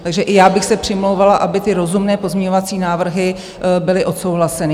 Takže i já bych se přimlouvala, aby ty rozumné pozměňovací návrhy byly odsouhlaseny.